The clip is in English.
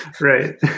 Right